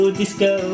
disco